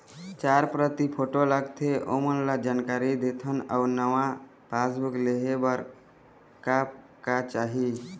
चार प्रति फोटो लगथे ओमन ला जानकारी देथन अऊ नावा पासबुक लेहे बार का का चाही?